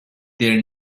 their